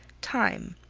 time,